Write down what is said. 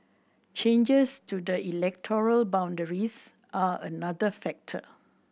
changes to the electoral boundaries are another factor